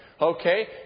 Okay